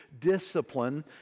discipline